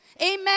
Amen